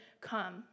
come